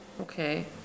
Okay